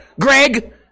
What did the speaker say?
Greg